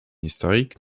historique